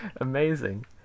Amazing